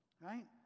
Right